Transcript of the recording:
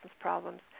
problems